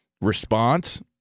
response